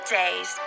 days